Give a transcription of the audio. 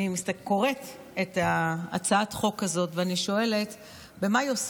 אני קוראת את הצעת החוק הזאת ואני שואלת במה היא עוסקת.